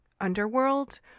underworld